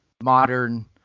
modern